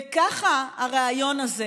וככה הרעיון הזה,